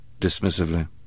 dismissively